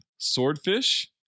Swordfish